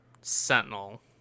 sentinel